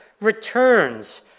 returns